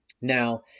Now